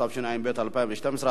התשע"ב 2012,